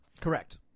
Correct